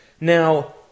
Now